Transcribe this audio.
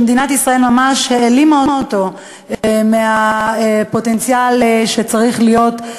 שמדינת ישראל ממש העלימה אותו מהפוטנציאל שצריך להיות,